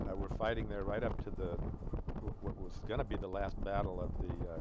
and we're fighting there right up to the what what was going to be the last battle of the